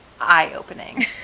eye-opening